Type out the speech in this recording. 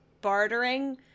Bartering